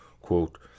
Quote